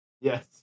Yes